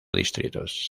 distritos